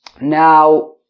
now